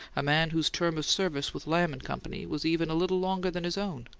a man whose term of service with lamb and company was even a little longer than his own.